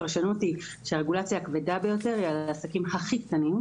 הפרשנות היא שהרגולציה הכבדה ביותר היא על העסקים הכי קטנים,